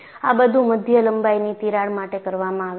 આ બધું મધ્યમ લંબાઈની તિરાડ માટે કરવામાં આવે છે